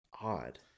odd